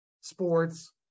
sports